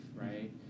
right